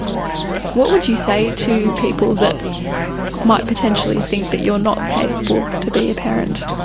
what would you say to people that might potentially think that you're not capable to be a parent?